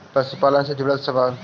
पशुपालन से जुड़ल सवाल?